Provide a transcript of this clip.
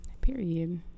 Period